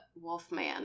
wolfman